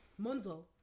monzo